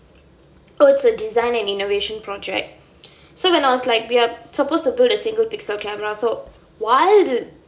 oh it's a design and innovation project so when I was like we're suppose to build a single pixel camera so while